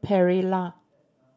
Pereira